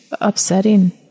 upsetting